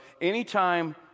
anytime